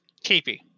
KP